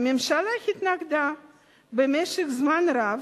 הממשלה התנגדה במשך זמן רב,